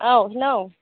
औ हेलौ